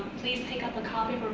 please take up a copy